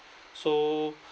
so